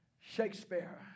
Shakespeare